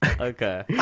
Okay